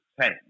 ten